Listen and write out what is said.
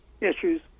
issues